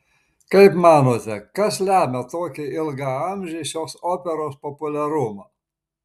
kaip manote kas lemia tokį ilgaamžį šios operos populiarumą